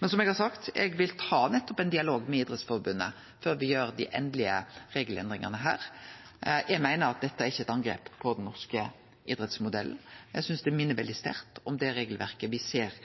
Men som eg har sagt: Eg vil ta ein dialog med Idrettsforbundet før me gjer dei endelege regelendringane her. Eg meiner at dette ikkje er eit angrep på den norske idrettsmodellen. Eg synest det minner veldig sterkt om det regelverket me ser